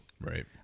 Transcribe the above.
right